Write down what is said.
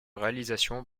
réalisation